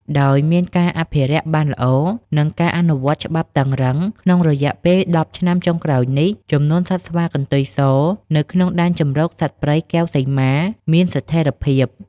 ដោយមានការអភិរក្សបានល្អ និងការអនុវត្តច្បាប់តឹងរ៉ឹង ក្នុងរយៈពេល ១០ឆ្នាំចុងក្រោយនេះ ចំនួនសត្វស្វាកន្ទុយសនៅក្នុងដែនជម្រកសត្វព្រៃកែវសីមាមានស្ថេរភាព។